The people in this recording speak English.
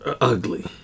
Ugly